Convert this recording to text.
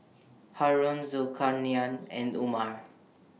Haron Zulkarnain and Umar